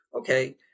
okay